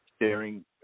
Staring